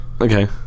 Okay